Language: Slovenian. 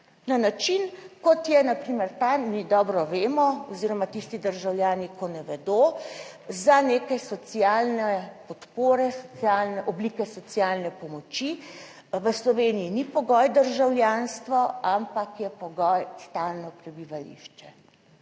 na način, kot je na primer ta, mi dobro vemo oziroma tisti državljani, ko ne vedo za neke socialne podpore, socialne oblike socialne pomoči v Sloveniji ni pogoj državljanstvo, ampak je pogoj stalno prebivališče.